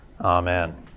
Amen